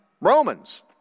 Romans